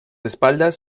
espaldas